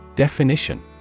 Definition